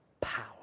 power